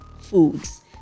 foods